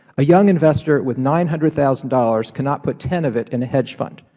a young investor with nine hundred thousand dollars cannot put ten of it in a hedge fund,